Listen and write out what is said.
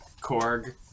Korg